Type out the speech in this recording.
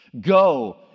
Go